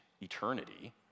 eternity